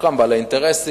חלקם בעלי אינטרסים,